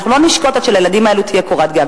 לא נשקוט עד שלילדים האלה תהיה קורת-גג.